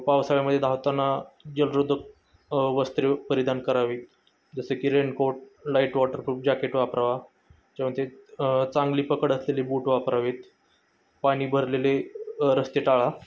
पावसाळ्यामध्ये धावताना जलरोधक वस्त्रे परिधान करावी जसं की रेनकोट लाईट वॉटरप्रूफ जॅकेट वापरावा त्यामध्ये चांगली पकड असलेले बूट वापरावेत पाणी भरलेले रस्ते टाळा